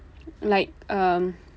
like um